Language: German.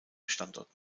standort